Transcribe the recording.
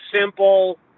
simple